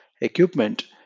equipment